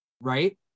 right